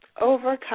overcome